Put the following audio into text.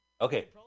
Okay